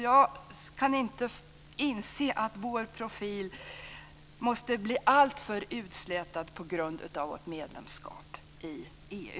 Jag kan inte inse att vår profil måste bli alltför utslätad på grund av vårt medlemskap i EU.